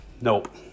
nope